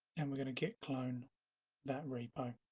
and we're going to get clone that repo